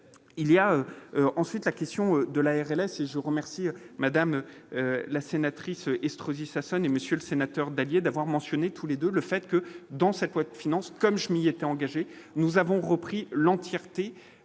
il y a ensuite la question de la ALS et je vous remercie madame la sénatrice Estrosi Sassone et Monsieur le Sénateur Dallier d'avoir mentionné tous les 2, le fait que dans cette loi de finances, comme je m'y étais engagé, nous avons repris l'entièreté